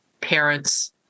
parents